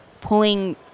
pulling